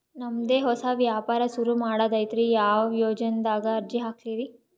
ನಮ್ ದೆ ಹೊಸಾ ವ್ಯಾಪಾರ ಸುರು ಮಾಡದೈತ್ರಿ, ಯಾ ಯೊಜನಾದಾಗ ಅರ್ಜಿ ಹಾಕ್ಲಿ ರಿ?